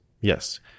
Yes